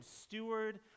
steward